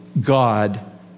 God